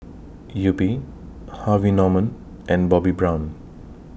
Yupi Harvey Norman and Bobbi Brown